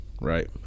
right